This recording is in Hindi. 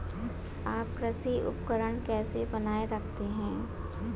आप कृषि उपकरण कैसे बनाए रखते हैं?